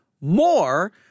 more